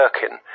Perkin